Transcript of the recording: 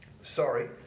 Sorry